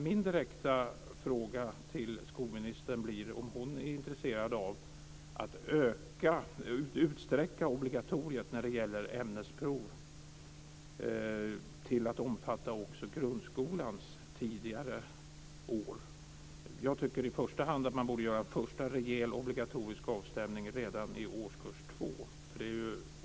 Min direkta fråga till skolministern blir om hon är intresserad av att utsträcka obligatoriet när det gäller ämnesprov till att omfatta också grundskolans tidigare år. Jag tycker i första hand att man borde göra en första rejäl obligatorisk avstämning redan i årskurs 2.